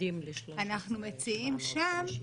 אנחנו מציעים שם,